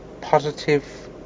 positive